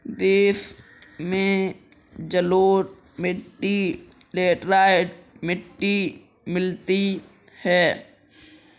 देश में जलोढ़ मिट्टी लेटराइट मिट्टी मिलती है